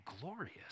glorious